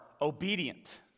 obedient